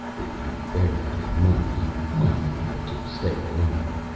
if you bear that in mind, you might be able to stay alive.